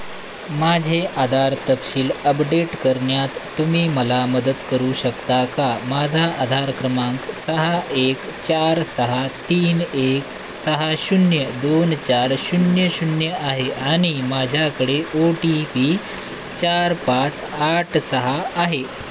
माझे आधार तपशील अपडेट करण्यात तुम्ही मला मदत करू शकता का माझा आधार क्रमांक सहा एक चार सहा तीन एक सहा शून्य दोन चार शून्य शून्य आहे आणि माझ्याकडे ओ टी पी चार पाच आठ सहा आहे